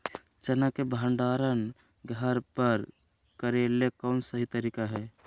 चना के भंडारण घर पर करेले कौन सही तरीका है?